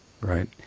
right